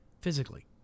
physically